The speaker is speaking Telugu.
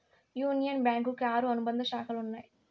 యూనియన్ బ్యాంకు కి ఆరు అనుబంధ శాఖలు ఉన్నాయి